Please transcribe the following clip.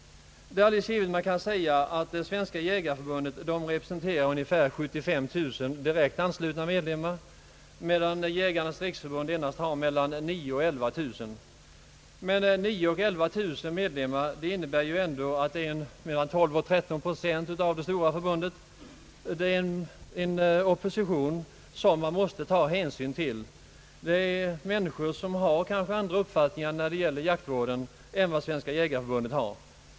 Det är givet att man kan säga att Svenska jägareförbundet representerar ungefär 75 000 direktanslutna medlemmar, medan Jägarnas riksförbund endast har mellan 9000 och 11 000. Men mellan 9 000 och 11 000 medlemmar innebär ändå mellan 12 och 13 procent av det stora förbundet. Det är en opposition som man måste ta hänsyn till. Det är människor som kanske har en annan uppfattning när det gäller jaktvården än Svenska jägareförbundet.